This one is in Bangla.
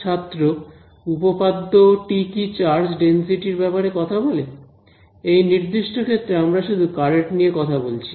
ছাত্র উপপাদ্য টি কি চার্জ ডেনসিটি র ব্যাপারে কথা বলে এই নির্দিষ্ট ক্ষেত্রে আমরা শুধু কারেন্ট নিয়ে কথা বলছি